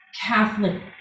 Catholic